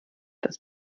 das